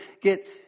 get